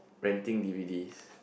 renting D_V_Ds